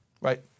Right